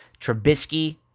Trubisky